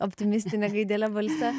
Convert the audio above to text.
optimistine gaidele balse